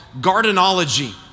gardenology